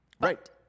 Right